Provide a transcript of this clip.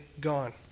gone